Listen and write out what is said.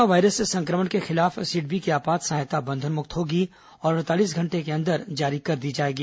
corona virus संक्रमण के खिलाफ सिडबी की आपात सहायता बंधन मुक्त होगी और अड़तालीस घंटे के अंदर जारी कर दी जाएगी